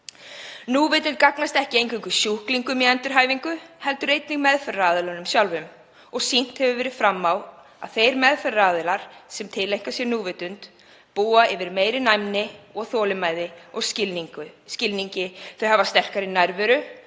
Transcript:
Núvitund gagnast ekki eingöngu sjúklingum í endurhæfingu heldur einnig meðferðaraðilunum sjálfum. Sýnt hefur verið fram á að þeir meðferðaraðilar sem tileinka sér núvitund búa yfir meiri næmni, þolinmæði og skilningi. Þeir hafa sterkari nærveru,